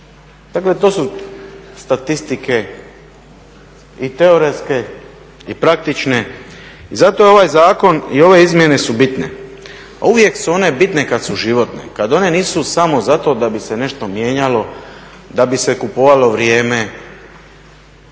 Dakle to su statistike i teoretske i praktične. I zato je ovaj zakon i ove izmjene su bitne. A uvijek su one bitne kada su životne, kada one nisu samo zato da bi se nešto mijenjalo, da bi se kupovalo vrijeme.